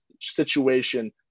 situation